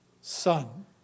son